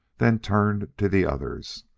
then turned to the others.